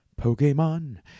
Pokemon